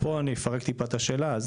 אני אפרק טיפה את השאלה.